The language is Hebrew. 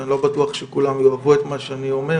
שאני לא בטוח שכולם יאהבו את מה שאני אומר.